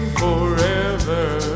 forever